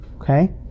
okay